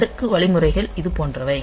அடுக்கு வழிமுறைகள் இது போன்றவை